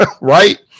right